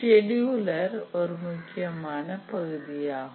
scheduler ஒரு முக்கியமான பகுதியாகும்